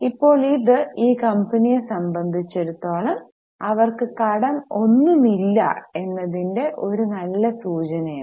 ഇപ്പോൾ ഇത് ഈ കമ്പനിയെ സംബന്ധിച്ചിടത്തോളം അവർക്ക് കടം ഒന്നുമില്ല എന്നതിന്റെ ഒരു നല്ല സൂചനയാണ്